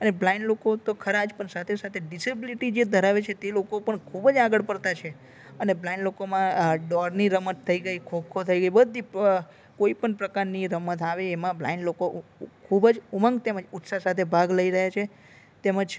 અને બ્લાઈન્ડ લોકો તો ખરાં જ પણ સાથે સાથે ડિસેબિલિટી જે ધરાવે છે તે લોકો પણ ખુબ જ આગળ પડતા છે અને બ્લાઇન્ડ લોકોમાં દોડની રમત થઈ ગઈ ખો ખો થઈ ગઈ બધી કોઈ પ્રકારની રમત આવે એમાં બ્લાઈન્ડ લોકો ખૂબ જ ઉમંગ તેમજ ઉત્સાહ સાથે ભાગ લઇ રહ્યા છે તેમજ